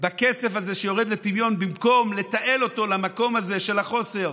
הכסף הזה שיורד לטמיון במקום לתעל אותו למקום של החוסר.